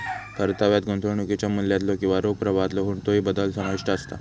परताव्यात गुंतवणुकीच्या मूल्यातलो किंवा रोख प्रवाहातलो कोणतोही बदल समाविष्ट असता